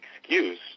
excuse